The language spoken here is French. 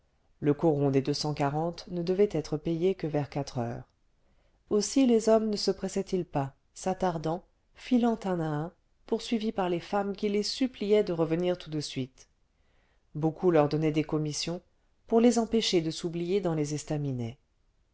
le coron des deux cent quarante ne devait être payé que vers quatre heures aussi les hommes ne se pressaient ils pas s'attardant filant un à un poursuivis par les femmes qui les suppliaient de revenir tout de suite beaucoup leur donnaient des commissions pour les empêcher de s'oublier dans les estaminets